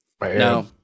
No